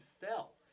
fell